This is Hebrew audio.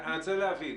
אני רוצה להבין,